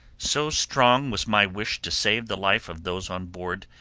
so strong was my wish to save the life of those on board,